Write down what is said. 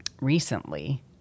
recently